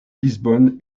lisbonne